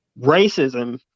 racism